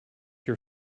your